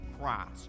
Christ